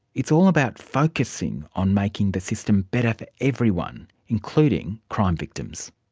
it's all about focusing on making the system better for everyone, including crime victims.